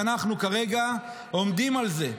שאנחנו כרגע עומדים על זה,